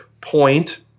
point